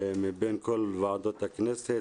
מבין כל ועדות הכנסת,